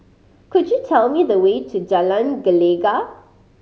could you tell me the way to Jalan Gelegar